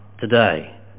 today